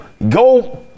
go